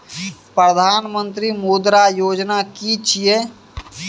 प्रधानमंत्री मुद्रा योजना कि छिए?